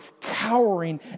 cowering